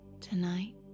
Tonight